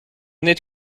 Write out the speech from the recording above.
n’êtes